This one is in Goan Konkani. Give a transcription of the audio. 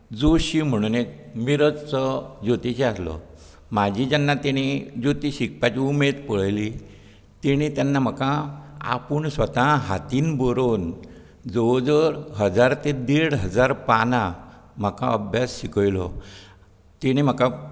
जोशी म्हणून एक मिरज चो ज्योतीश आसलो म्हाजी जेन्ना तेणी ज्योतीश शिकपाची उमेद पळयली तेणी तेन्ना म्हाका आपूण स्वता हातीन बरोवन जवळ जवळ हजार ते देड हजार पानां म्हाका अभ्यास शिकयलो तेणी म्हाका